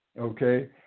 Okay